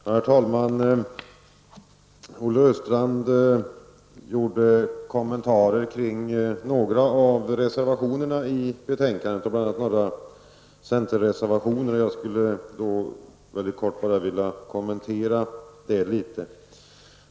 Herr talman! Olle Östrand kommenterade några av reservationerna i betänkandet, bl.a. några centerreservationer. Jag skulle mycket kortfattat vilja kommentera det litet.